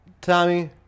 Tommy